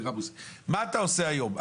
מה אתה עושה היום?